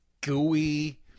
gooey